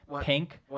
pink